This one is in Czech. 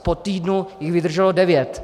Po týdnu jich vydrželo devět.